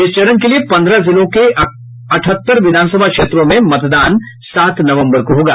इस चरण के लिए पन्द्रह जिलों के अठहत्तर विधानसभा क्षेत्रों में मतदान सात नवम्बर को होगा